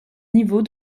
niveaux